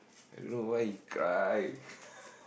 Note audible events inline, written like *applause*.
I don't know why he cry *laughs*